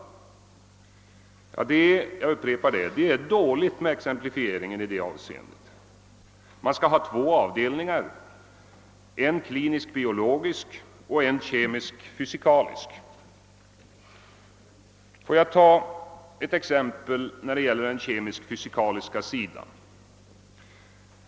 Jag upprepar att det är dåligt med exemplifieringen i det här avseendet. Man skall ha två avdelningar, en klinisk-biologisk och en kemisk-fysikalisk. Får jag ta ett exempel när det gäller den kemisk-fysikaliska sidan?